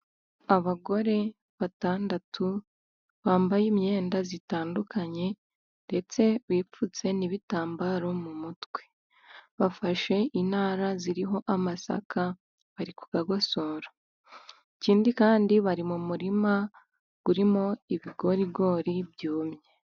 Abagore batandatu, bambaye imyenda itandukanye, ndetse bipfutse n'ibitambaro mu mutwe. Bafashe intara ziriho amasaka bari kukagosora. Ikindi kandi bari mu murima urimo ibigorigori byumye.